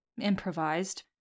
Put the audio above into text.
improvised